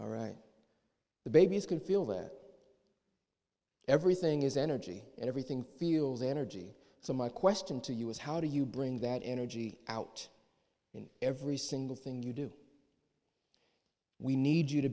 all right the baby is going to feel that everything is energy and everything feels energy so my question to you is how do you bring that energy out in every single thing you do we need you to